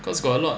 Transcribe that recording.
cause got a lot